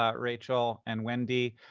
ah rachel and wendy.